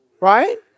Right